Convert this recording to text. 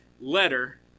letter